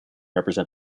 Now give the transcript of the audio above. represent